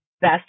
best